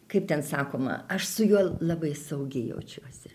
kaip ten sakoma aš su juo labai saugi jaučiuosi